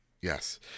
yes